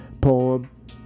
poem